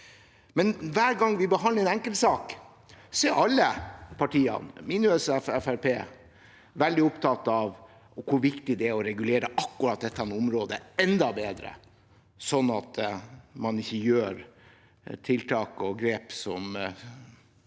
Hver gang vi behandler en enkeltsak, er alle partiene, minus Fremskrittspartiet, veldig opptatt av hvor viktig det er å regulere akkurat dette området enda bedre, slik at man ikke gjør tiltak og grep som man